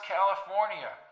California